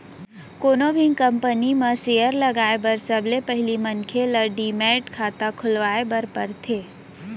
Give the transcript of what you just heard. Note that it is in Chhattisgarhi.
कोनो भी कंपनी म सेयर लगाए बर सबले पहिली मनखे ल डीमैट खाता खोलवाए बर परथे